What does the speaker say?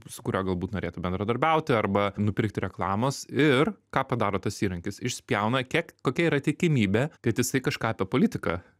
su kuriuo galbūt norėtų bendradarbiauti arba nupirkti reklamos ir ką padaro tas įrankis išspjauna kiek kokia yra tikimybė kad jisai kažką apie politiką